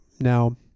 Now